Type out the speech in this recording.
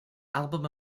album